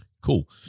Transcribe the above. Cool